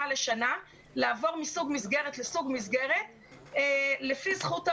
לשנה לעבור מסוג מסגרת לסוג מסגרת לפי זכות ההורים,